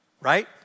Right